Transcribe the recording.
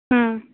ம்